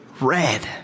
red